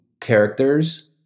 characters